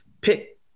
pick